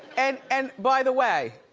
and and by the way,